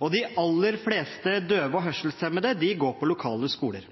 og de aller fleste døve og hørselshemmede går på lokale skoler.